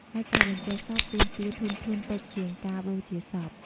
ហើយការបញ្ចុះសពទាមទារធនធានតិចជាងការបូជាសព។